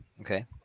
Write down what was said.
Okay